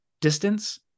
Distance